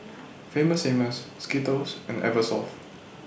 Famous Amos Skittles and Eversoft